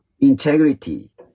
integrity